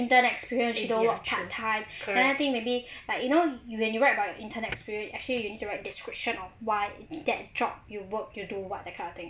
intern experience she don't work part time then I think maybe like you know when you write about your intern experience actually you need to write description of why that job you work you do what that kind of thing